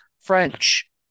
french